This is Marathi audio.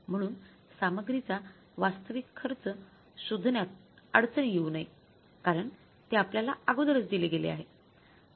म्हणून सामग्रीचा वास्तविक खर्च शोधण्यात अडचण येऊ नयेकारण ते आपल्याला अगोदरच दिले गेले आहे